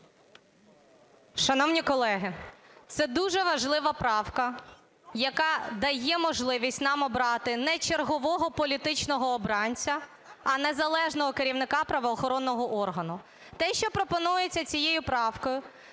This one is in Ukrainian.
Шановні колеги, це дуже важлива правка, яка дає можливість нам обрати не чергового політичного обранця, а незалежного керівника правоохоронного органу. Те, що пропонується цією правкою